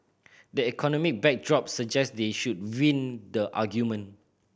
the economic backdrop suggest they should win the argument